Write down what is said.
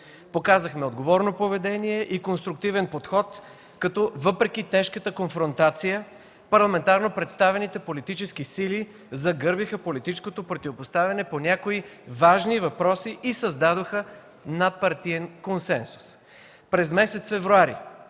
Показахме отговорно поведение и конструктивен подход, като въпреки тежката конфронтация, парламентарно представените политически сили загърбиха политическото противопоставяне по някои важни въпроси и създадоха надпартиен консенсус. През месец февруари